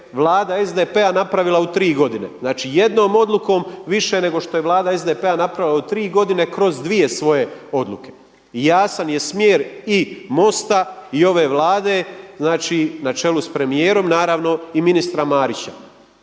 Vlada SDP-a napravila u tri godine. Znači, jednom odlukom više nego što je Vlada SDP-a napravila u tri godine kroz dvije svoje odluke. Jasan je smjer i MOST-a i ove Vlade na čelu s premijerom naravno i ministra Marića.